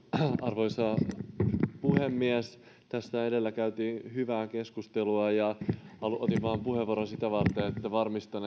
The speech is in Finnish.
arvoisa puhemies tästä käytiin edellä hyvää keskustelua ja otin puheenvuoron vain sitä varten että varmistan